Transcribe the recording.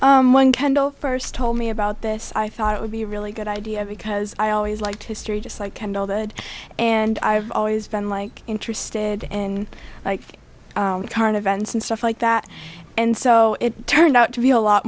one kendo first told me about this i thought it would be a really good idea because i always liked history just like kendall good and i've always been like interested and like current events and stuff like that and so it turned out to be a lot